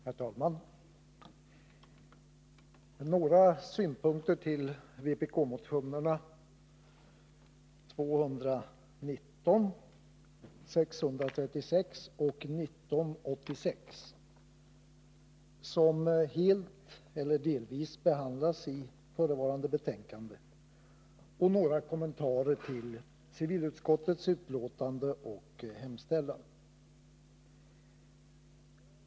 Herr talman! Jag vill anföra några synpunkter när det gäller vpkmotionerna 219, 636 och 1986 — som helt eller delvis behandlas i förevarande betänkande — och göra några kommentarer till civilutskottets betänkande och hemställan.